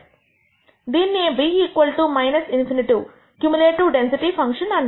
దీన్నే b ∞ cumulative density function అంటారు